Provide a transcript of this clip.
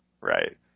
right